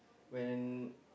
when